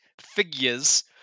figures